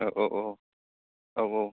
औ औ औ